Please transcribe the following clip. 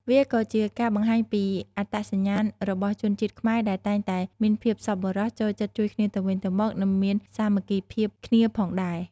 វាក៏ជាការបង្ហាញពីអត្តសញ្ញាណរបស់ជនជាតិខ្មែរដែលតែងតែមានភាពសប្បុរស ចូលចិត្តជួយគ្នាទៅវិញទៅមក និងមានសាមគ្គីភាពគ្នាផងដែរ។